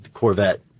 Corvette